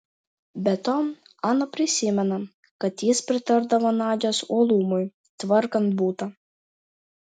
be to ana prisimena kad jis pritardavo nadios uolumui tvarkant butą